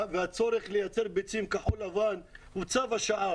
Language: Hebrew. והצורך לייצר ביצים כחול-לבן הוא צו השעה.